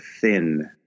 thin